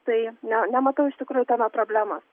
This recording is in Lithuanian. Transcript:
tai ne nematau iš tikrųjų tame problemos